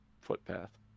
footpath